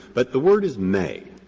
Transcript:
but the word is may.